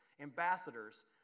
ambassadors